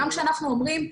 גם כשאנחנו אומרים שאפשר,